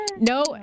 No